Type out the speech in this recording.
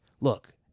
Look